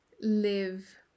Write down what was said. live